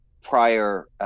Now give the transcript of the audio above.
prior